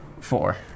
Four